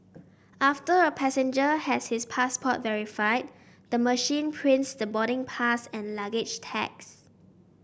after a passenger has his passport verified the machine prints the boarding pass and luggage tags